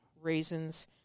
raisins